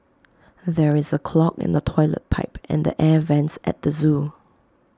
there is A clog in the Toilet Pipe and the air Vents at the Zoo